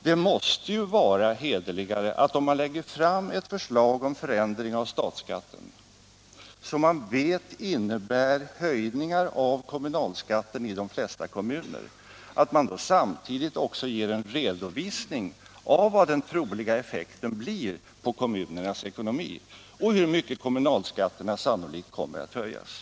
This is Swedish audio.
Det måste ju vara hederligare att, om man lägger fram förslag om förändring av statsskatten, som man vet innebär höjningar av kommunalskatten i de flesta kommuner, samtidigt också ge en redovisning av vad den troliga effekten blir på kommunernas ekonomi och hur mycket kommunalskatterna sannolikt kommer att höjas.